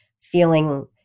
feeling